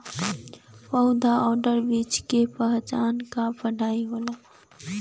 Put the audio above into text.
पउधा आउर बीज के पहचान क पढ़ाई होला